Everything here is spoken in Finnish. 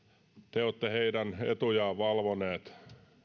te olette heidän etujaan valvoneet